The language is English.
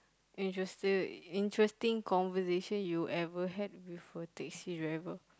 interested interesting conversation you ever had with a taxi driver